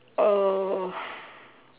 uh